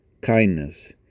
kindness